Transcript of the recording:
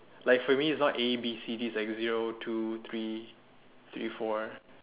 like for me is not A B C D is like zero two three three four